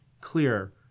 clear